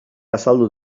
azaldu